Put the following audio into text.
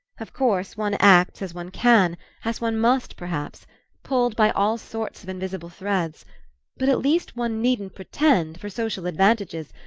of course one acts as one can as one must, perhaps pulled by all sorts of invisible threads but at least one needn't pretend, for social advantages,